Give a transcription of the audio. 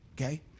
okay